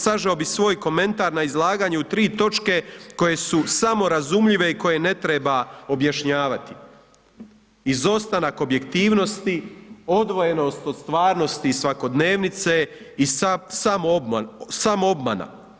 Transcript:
Sažeo bih svoj komentar na izlaganje u tri točke koje su samo razumljive i koje ne treba objašnjavati: izostanak objektivnosti, odvojenost od stvarnosti i svakodnevnosti i samoobmana.